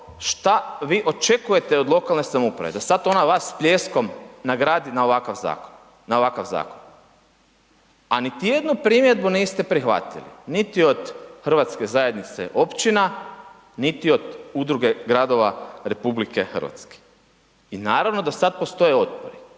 šta vi očekujete od lokalne samouprave, da sad ona vas pljeskom nagradi na ovakav zakon, na ovakav zakon. A niti jednu primjedbu niste prihvatili, niti od hrvatske zajednice općina, niti od udruge gradova RH. I naravno da sad postoje otpori.